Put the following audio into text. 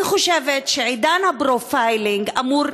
אני חושבת שעידן ה-profiling אמור